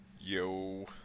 Yo